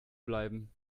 bleiben